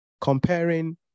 comparing